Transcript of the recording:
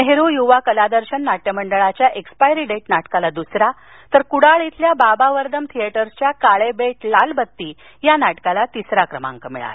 नेहरू यूवा कलादर्शन नाट्य मंडळाच्या expiry date नाटकाला दुसरा तर कुडाळ इथल्या बाबा वर्दम थिएटर्सच्या काळे बेट लाल बत्ती नाटकाला तिसरा क्रमांक मिळाला